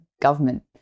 government